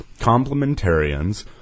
Complementarians